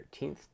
13th